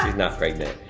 she's not pregnant.